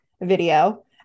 video